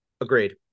Agreed